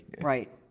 Right